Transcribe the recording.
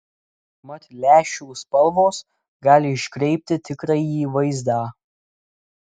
mat lęšių spalvos gali iškreipti tikrąjį vaizdą